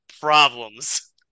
problems